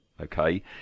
okay